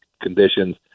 conditions